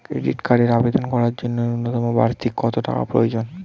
Credit কার্ডের আবেদন করার জন্য ন্যূনতম বার্ষিক কত টাকা প্রয়োজন?